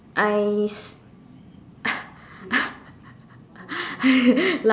I